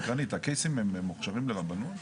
שאלה סקרנית, הקייסים מוכשרים לרבנות?